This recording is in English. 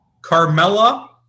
Carmella